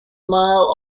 male